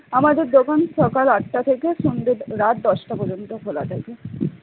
আমাদের দোকান সকাল আটটা থেকে সন্ধে রাত দশটা পর্যন্ত খোলা থাকে